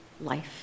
life